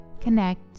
connect